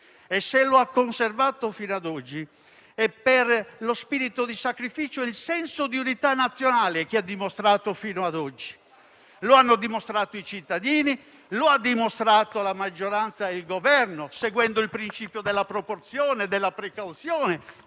e, se lo ha conservato fino ad oggi, è per lo spirito di sacrificio e il senso di unità nazionale che ha dimostrato fino ad ora. Lo hanno dimostrato i cittadini, la maggioranza e il Governo, seguendo il principio della proporzione, della precauzione